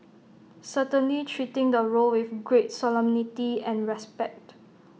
certainly treating the role with great solemnity and respect